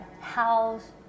house